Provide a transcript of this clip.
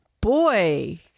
boy